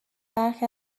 برخی